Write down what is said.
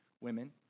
women